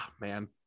man